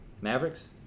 Mavericks